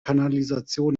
kanalisation